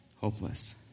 hopeless